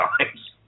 times